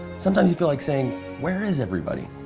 sometimes you feel like saying where is everybody?